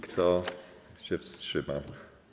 Kto się wstrzymał?